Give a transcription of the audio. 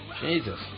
Jesus